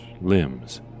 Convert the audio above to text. limbs